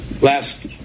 last